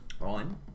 On